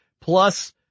plus